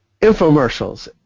infomercials